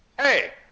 Hey